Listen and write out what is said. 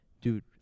Dude